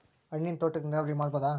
ಹಣ್ಣಿನ್ ತೋಟಕ್ಕ ನೀರಾವರಿ ಮಾಡಬೋದ?